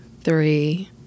three